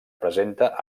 presenta